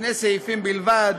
שני סעיפים בלבד,